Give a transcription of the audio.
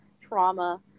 trauma